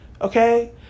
Okay